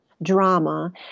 drama